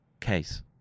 case